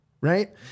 Right